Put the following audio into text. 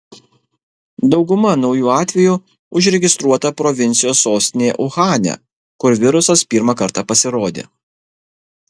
dauguma naujų atvejų užregistruota provincijos sostinėje uhane kur virusas pirmą kartą pasirodė